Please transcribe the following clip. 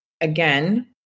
again